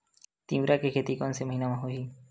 तीवरा के खेती कोन से महिना म होही?